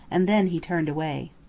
and then he turned away.